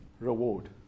reward